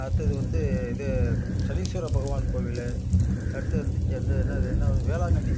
அடுத்தது வந்து இது சனீஸ்வரர் பகவான் கோவில் அடுத்தது வந்து இங்கே வந்து என்னது என்ன ஊர் வேளாங்கண்ணி